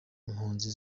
impunzi